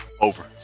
Over